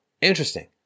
interesting